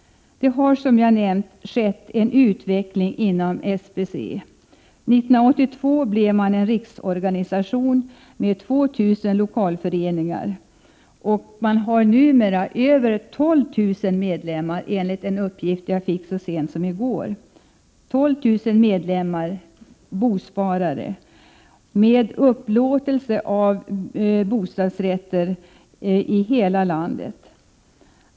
Det har, som jag nämnt, skett en utveckling inom SBC. 1982 blev SBC en riksorganisation med 2 000 lokalföreningar, och man har numera över 12 000 medlemmar, enligt en uppgift jag fick så sent som i går. Det är 12 000 medlemmar-bosparare med upplåtelse av bostadsrätter i hela landet.